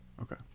Okay